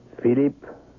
Philip